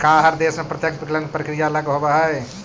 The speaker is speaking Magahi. का हर देश में प्रत्यक्ष विकलन के प्रक्रिया अलग होवऽ हइ?